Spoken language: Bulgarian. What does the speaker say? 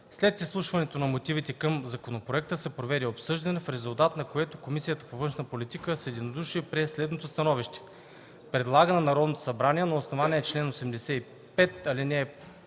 След изслушването на мотивите към законопроекта се проведе обсъждане, в резултат на което Комисията по външна политика с единодушие прие следното становище: Предлага на Народното събрание, на основание чл. 85, ал. 1, т.